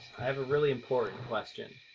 i have a really important question.